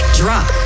drop